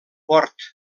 port